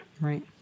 Right